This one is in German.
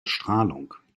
strahlung